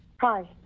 Hi